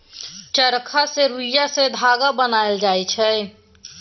चरखा सँ रुइया सँ धागा बनाएल जाइ छै